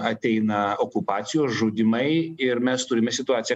ateina okupacijos žudymai ir mes turime situaciją